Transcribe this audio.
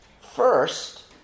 First